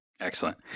Excellent